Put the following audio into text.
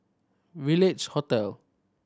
Village Hotel